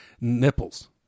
nipples